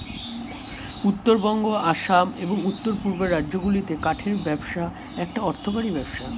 উত্তরবঙ্গ, আসাম, এবং উওর পূর্বের রাজ্যগুলিতে কাঠের ব্যবসা একটা অর্থকরী ব্যবসা